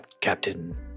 captain